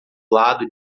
lado